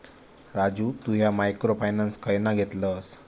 राजू तु ह्या micro finance खयना घेतलस?